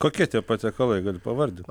kokie tie patiekalai gali pavardint